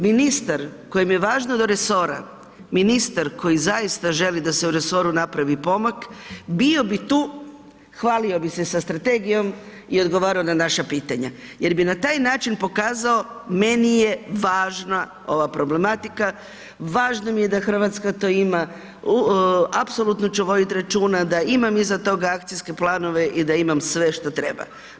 Ministar kojem je važno do resora, ministar koji zaista želi da se u resoru napravi pomak bio bi tu, hvalio bi se sa strategijom i odgovarao na naša pitanja jer bi na taj način pokazao meni je važna ova problematika, važna mi je da RH to ima, apsolutno ću vodit računa da imam iza toga akcijske planove i da imam sve šta treba.